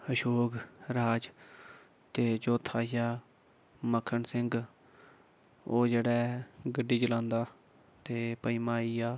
अशोक राज ते चौथा आई गेआ मक्खन सिंह ओह् जेह्ड़ा ऐ गड्डी चलांदा ते पंजमा आई गेआ